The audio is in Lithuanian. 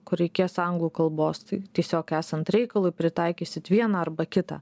kur reikės anglų kalbos tai tiesiog esant reikalui pritaikysit vieną arba kitą